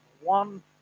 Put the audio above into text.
one